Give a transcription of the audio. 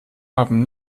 haben